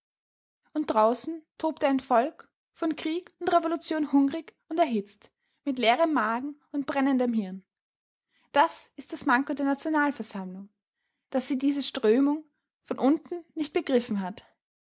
und draußen tobte ein volk von krieg und revolution hungrig und erhitzt mit leerem magen und brennendem hirn das ist das manko der nationalversammlung daß sie diese strömung von unten nicht begriffen hat